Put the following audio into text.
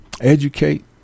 educate